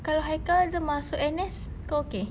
kalau haikal dia masuk N_S kau okay